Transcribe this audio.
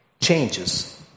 changes